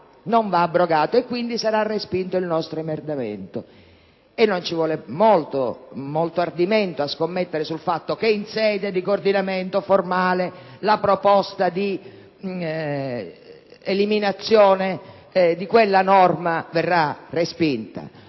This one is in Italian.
non va abrogato, e quindi sarà respinto il nostro emendamento. E non ci vuole molto ardimento a scommettere sul fatto che, in sede di coordinamento formale, la proposta di eliminazione di quella norma verrà respinta.